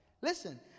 Listen